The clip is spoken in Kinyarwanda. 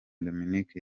dominique